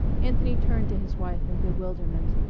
anthony turned to his wife in bewilderment.